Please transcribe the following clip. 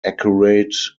accurate